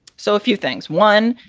so a few things. one,